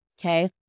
Okay